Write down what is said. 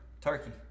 turkey